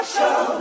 Show